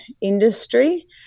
industry